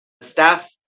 staff